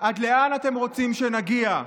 עד לאן אתם רוצים שנגיע?